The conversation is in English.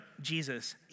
Jesus